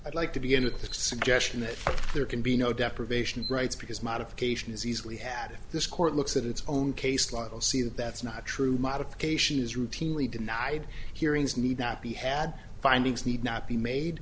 i'd like to begin with the suggestion that there can be no deprivation of rights because modification is easily added this court looks at its own case lidl see that that's not true modification is routinely denied hearings need not be had findings need not be made